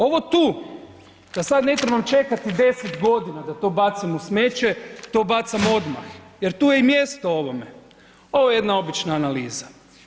Ovo tu da sad ne trebam čekati 10.g. da to bacim u smeće, to bacam odmah jer tu je i mjesto ovome, ovo je jedna obična analiza.